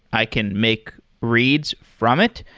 i can make reads from it.